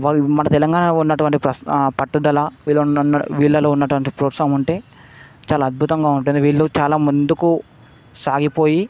వాళ్ళు మన తెలంగాణాలో ఉన్నటువంటి పస్ పట్టుదల వీళల్లో ఉన్న వీళల్లో ఉన్నటువంటి ప్రోత్సాహం ఉంటే చాలా అద్భుతంగా ఉంటుంది వీళ్ళు చాలా ముందుకు సాగిపోయి